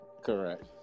correct